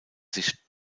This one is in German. sicht